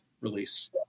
release